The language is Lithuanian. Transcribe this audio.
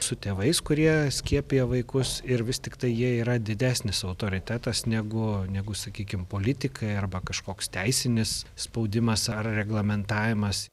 su tėvais kurie skiepija vaikus ir vis tiktai jie yra didesnis autoritetas negu negu sakykim politikai arba kažkoks teisinis spaudimas ar reglamentavimas